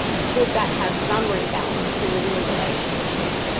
could that have some rebalance in the relationship?